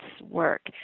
work